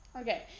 Okay